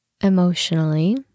emotionally